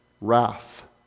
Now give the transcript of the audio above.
wrath